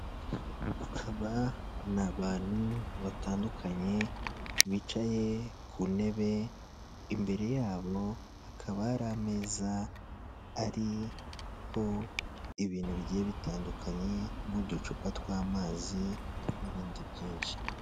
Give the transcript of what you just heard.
Aba n'abantu batandukanye bicaye ku ntebe, imbere yabo hakaba hari ameza ariho ibintu bigiye bitandukanye n'uducupa tw'amazi n'ibindi byinshi.